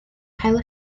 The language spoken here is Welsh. cael